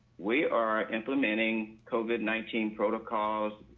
we are implementing covid nineteen protocols,